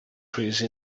trees